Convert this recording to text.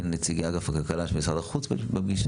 נציגי אגף הכלכלה של משרד החוץ בפגישה?